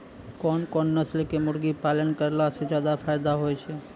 कोन कोन नस्ल के मुर्गी पालन करला से ज्यादा फायदा होय छै?